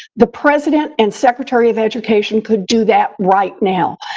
the president and secretary of education could do that right now,